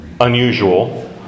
unusual